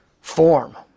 form